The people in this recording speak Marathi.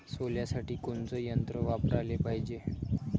सोल्यासाठी कोनचं यंत्र वापराले पायजे?